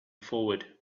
forward